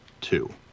two